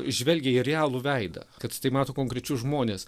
žvelgia į realų veidą kad jisai mato konkrečius žmones